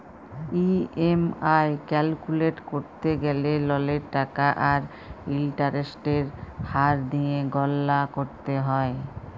EMI calculate ক্যরতে গ্যালে ললের টাকা আর ইলটারেস্টের হার দিঁয়ে গললা ক্যরতে হ্যয়